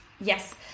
yes